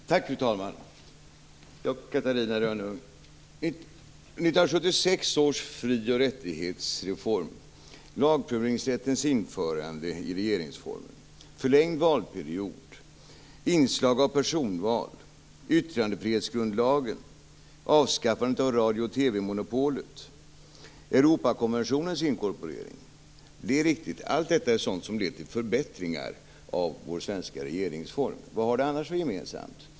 Fru talman! Det är riktigt, Catarina Rönnung, att 1976 års fri och rättighetsreform, lagprövningsrättens införande i regeringsformen, förlängd valperiod, inslag av personval, yttrandefrihetsgrundlagen, avskaffandet av radio och TV-monopolet och Europakonventionens inkorporering är sådant som lett till förbättringar av vår svenska regeringsform. Vad har de annars gemensamt?